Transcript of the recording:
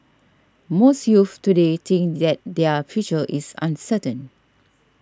most youths today think that their future is uncertain